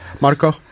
marco